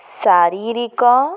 ଶାରୀରିକ